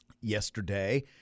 yesterday